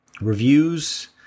reviews